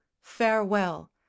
farewell